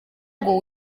ngo